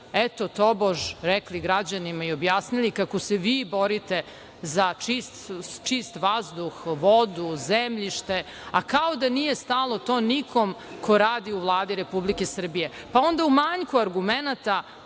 eto, tobože rekli građanima i objasnili kako se vi borite za čist vazduh, vodu, zemljište, a kao da nije stalo nikom ko radi u Vladi Republike Srbije. Pa, onda u manjku argumenata